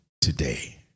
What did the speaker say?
today